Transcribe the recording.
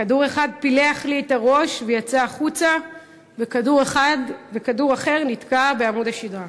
כדור אחד פילח לי את הראש ויצא החוצה וכדור אחר נתקע בעמוד השדרה.